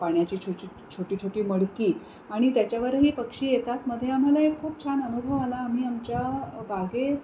पाण्याची छोट छोटी छोटी मडकी आणि त्याच्यावरही पक्षी येतात मध्ये आम्हाला एक खूप छान अनुभव आला आम्ही आमच्या बागेत